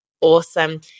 Awesome